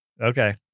Okay